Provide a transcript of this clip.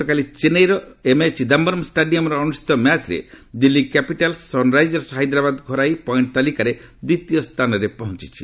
ଗତକାଲି ଚେନ୍ନାଇର ଏମ୍ଏ ଚିଦାୟରମ୍ ଷ୍ଟାଡିୟମ୍ରେ ଅନୁଷ୍ଠିତ ମ୍ୟାଚ୍ରେ ଦିଲ୍ଲୀ କ୍ୟାପିଟାଲ୍ସ୍ ସନ୍ରାଇଜର୍ସ ହାଇଦ୍ରାବାଦକୁ ହରାଇ ପଏଷ୍ଟ୍ ତାଲିକାରେ ଦ୍ୱିତୀୟ ସ୍ଥାନରେ ପହଞ୍ଚିଛି